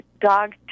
dog